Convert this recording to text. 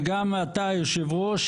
וגם אתה, היושב-ראש